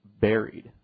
buried